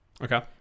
Okay